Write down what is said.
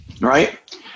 Right